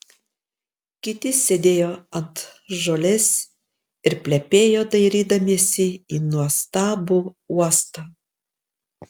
kiti sėdėjo ant žolės ir plepėjo dairydamiesi į nuostabų uostą